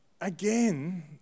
again